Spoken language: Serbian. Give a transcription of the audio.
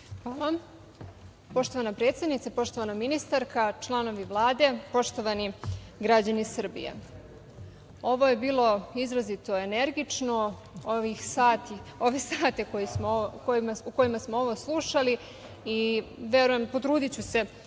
Hvala. Poštovana predsednice, poštovana ministarka, članovi Vlade, poštovani građani Srbije, ovo je bilo izrazito energično, ove sati u kojima smo ovo slušali. Potrudiću se